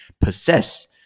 possess